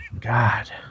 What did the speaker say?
god